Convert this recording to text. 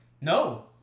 No